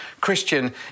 Christian